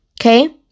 Okay